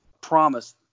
promise